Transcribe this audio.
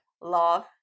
love